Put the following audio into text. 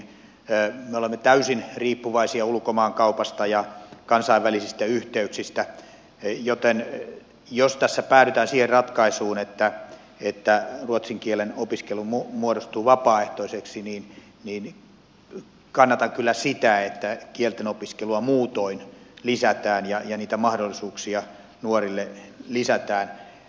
me olemme täysin riippuvaisia ulkomaankaupasta ja kansainvälisistä yhteyksistä joten jos tässä päädytään siihen ratkaisuun että ruotsin kielen opiskelu muodostuu vapaaehtoiseksi niin kannatan kyllä sitä että kieltenopiskelua muutoin lisätään ja niitä mahdollisuuksia nuorille lisätään